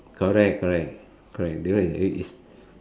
correct correct correct because it is